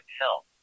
help